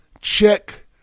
check